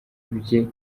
bye